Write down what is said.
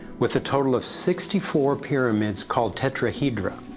with a total of sixty four pyramids called tetrahedra.